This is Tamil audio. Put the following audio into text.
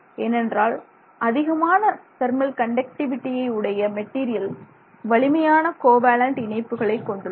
ஏனென்றால் அதிகமான தெர்மல்கண்டக்டிவிடி உடைய மெட்டீரியல் வலிமையான கோவேலேன்ட் இணைப்புகளை கொண்டுள்ளன